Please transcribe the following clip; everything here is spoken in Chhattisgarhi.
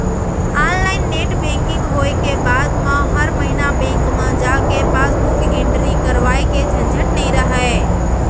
ऑनलाइन नेट बेंकिंग होय के बाद म हर महिना बेंक म जाके पासबुक एंटरी करवाए के झंझट नइ रहय